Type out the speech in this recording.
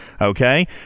Okay